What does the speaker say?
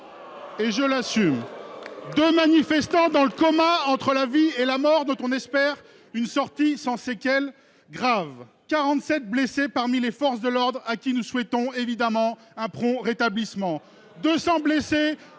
Et je l'assume. De manifestants dans le coma entre la vie et la mort de ton espère une sortie sans séquelles graves, 47 blessés parmi les forces de l'ordre à qui nous souhaitons évidemment un prompt rétablissement. 200 blessés